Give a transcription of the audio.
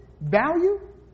value